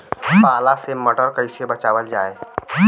पाला से मटर कईसे बचावल जाई?